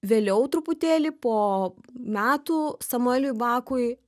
vėliau truputėlį po metų samueliui bakui